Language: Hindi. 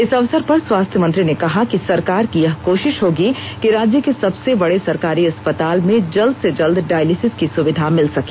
इस अवसर पर स्वास्थ मंत्री ने कहा कि सरकार की यह कोशिश होगी कि राज्य के संबसे बड़े सरकारी अस्पताल में जल्द से जल्द डायलिसिस की सुविधा मिल सके